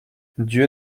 dieu